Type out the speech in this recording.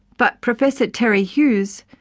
but professor terry hughes,